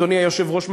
אדוני היושב-ראש,